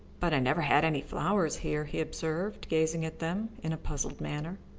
but i never had any flowers here, he observed, gazing at them in a puzzled manner.